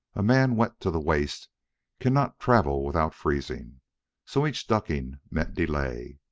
a man wet to the waist cannot travel without freezing so each ducking meant delay.